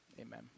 Amen